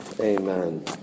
Amen